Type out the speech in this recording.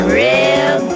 real